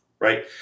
right